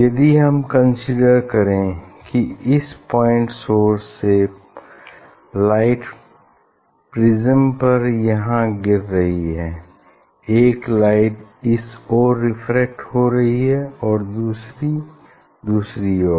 यदि हम कंसीडर करें कि इस पॉइंट सोर्स से लाइट प्रिज्म पर यहाँ गिर रही है एक लाइट इस ओर रेफ्रेक्ट हो रही है और दूसरी दूसरी ओर